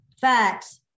facts